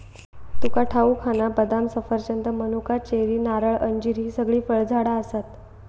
तुका ठाऊक हा ना, बदाम, सफरचंद, मनुका, चेरी, नारळ, अंजीर हि सगळी फळझाडा आसत